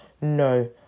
No